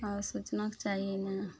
आओर सोचनाक चाही ने